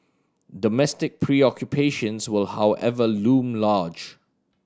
domestic preoccupations will however loom large